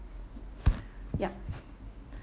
yup